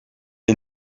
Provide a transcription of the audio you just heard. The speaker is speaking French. les